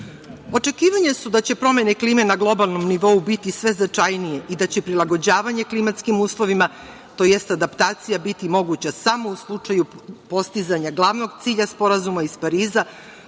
Arktiku. Očekivanja su da će promene klime na globalnom nivou biti sve značajnije i da će prilagođavanje klimatskim uslovima tj. adaptacija biti moguća samo u slučaju postizanja glavnog cilja Sporazuma iz Pariza,